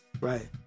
right